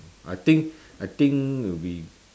I think I think we